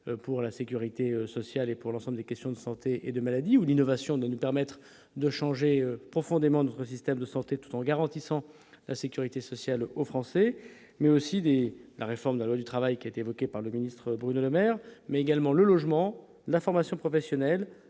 pour la sécurité sociale et pour l'ensemble des questions de santé et de maladie ou d'innovation, de nous permettre de changer profondément notre système de santé tout en garantissant la sécurité sociale aux Français mais aussi des la réforme de la loi du travail qui a été évoquée par le ministre Bruno Lemaire mais également le logement, la formation professionnelle,